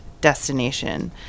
destination